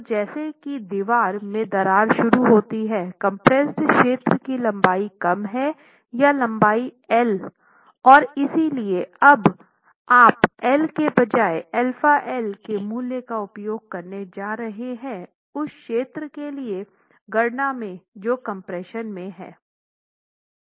तो जैसा कि दीवार में दरार शुरू होती है कंप्रेस्ड क्षेत्र की लंबाई कम है या लंबाई एल और इसलिए अब आप एल के बजाय αL के मूल्य का उपयोग करने जा रहे हैं उस क्षेत्र के लिए गणना में जो कम्प्रेशन में है